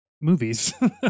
movies